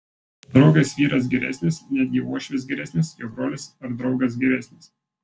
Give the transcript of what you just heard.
draugės vyras geresnis netgi uošvis geresnis jo brolis ar draugas geresnis